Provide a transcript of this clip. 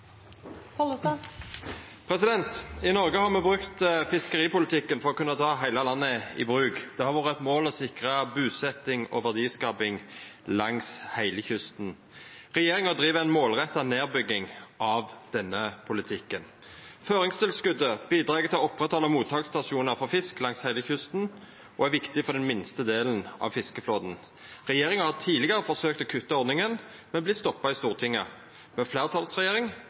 I Noreg har me brukt fiskeripolitikken for å kunna ta heile landet i bruk. Det har vore eit mål å sikra busetjing og verdiskaping langs heile kysten. Regjeringa driv ei målretta nedbygging av denne politikken. Føringstilskotet bidreg til å oppretthalda mottaksstasjonar for fisk langs heile kysten og er viktig for den minste delen av fiskeflåten. Regjeringa har tidlegare forsøkt å kutta ordninga, men har vorte stoppa i Stortinget. Med fleirtalsregjering